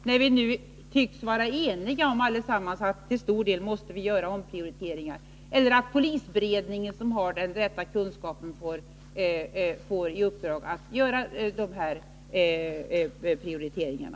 Vi tycks allesammans vara eniga om att vi till stor del måste göra omprioriteringar. Ett förslag är att polisberedningen, som har den rätta kunskapen, får i uppdrag att göra de här prioriteringarna.